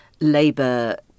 Labour